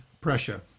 pressure